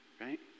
right